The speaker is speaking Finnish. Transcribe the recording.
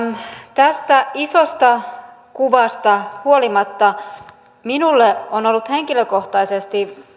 tästä isosta kuvasta huolimatta minulle on ollut henkilökohtaisesti